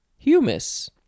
humus